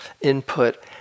input